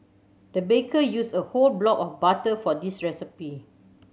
the baker used a whole block of butter for this recipe